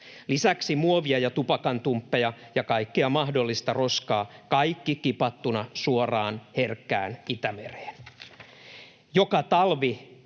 lisäksi muovia ja tupakantumppeja ja kaikkea mahdollista roskaa, kaikki kipattuna suoraan herkkään Itämereen.